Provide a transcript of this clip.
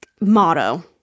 motto